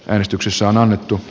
äänestyksessä on annettu